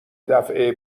دفعه